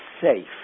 safe